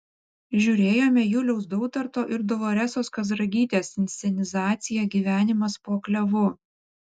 žiūrėjome juliaus dautarto ir doloresos kazragytės inscenizaciją gyvenimas po klevu